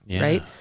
right